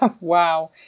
Wow